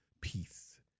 peace